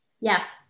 Yes